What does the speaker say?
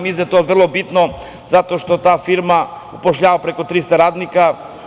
Mislim da je to vrlo bitno zato što ta firma zapošljava preko 300 radnika.